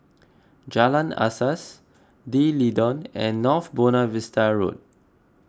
Jalan Asas D'Leedon and North Buona Vista Road